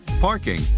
parking